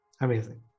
Amazing